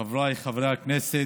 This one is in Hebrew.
חבריי חברי הכנסת,